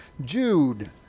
Jude